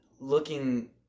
Looking